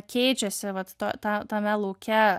keičiasi vat to ta tame lauke